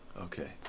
Okay